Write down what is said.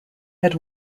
had